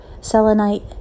selenite